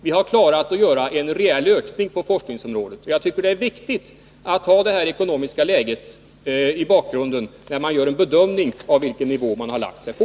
Vi har klarat en reell ökning på forskningsområdet. Jag tycker det är viktigt att ha det ekonomiska läget i bakgrunden när man gör en bedömning av vilken nivå man har lagt sig på.